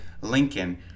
Lincoln